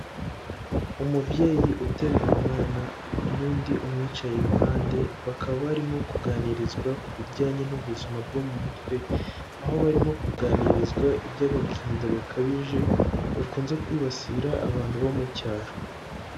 Umubyeyi uteruye n'undi umwicaye iruhande, bakaba barimo kuganirizwa ku bijyanye n'ubuzima bwo mu mutwe, aho barimo kuganirizwa iby'agahinda gakabije gakunze kwibasira abantu bo mu cyaro.